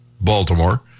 Baltimore